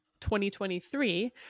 2023